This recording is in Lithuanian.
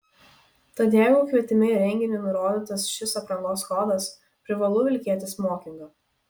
tad jeigu kvietime į renginį nurodytas šis aprangos kodas privalu vilkėti smokingą